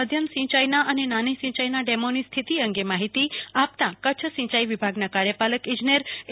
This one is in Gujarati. મધ્યમ સિંચાઈના અને નાની સિંચાઈના ડેમોની સ્થિતિ અંગે માહિતી આપતા કચ્છ સિંચાઈના કાર્યપાલક ઈજનરે એ